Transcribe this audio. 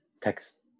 text